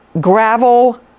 gravel